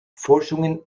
forschungen